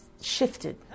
shifted